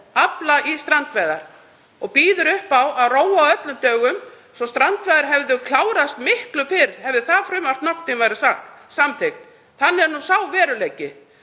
afla í strandveiðum og býður upp á að róa á öllum dögum, svo strandveiðar hefðu klárast miklu fyrr hefði það frumvarp nokkurn tíma verið samþykkt. Þannig er nú sá veruleiki.